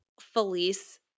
Felice